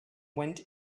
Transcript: went